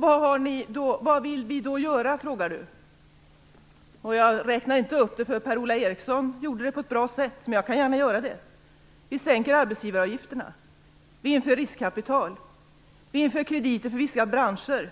Vad vill vi socialdemokrater göra? frågar ni moderater. Per-Ola Eriksson räknade upp det på ett bra sätt, men jag kan gärna göra det igen: Vi sänker arbetsgivaravgifterna. Vi inför riskkapital. Vi inför krediter för vissa branscher.